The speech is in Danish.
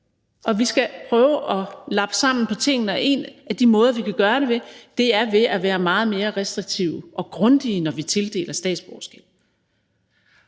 Vi skal prøve at lappe sammen på tingene, og en af de måder, vi kan gøre det på, er ved at være meget mere restriktive og grundige, når vi tildeler statsborgerskab.